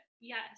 Yes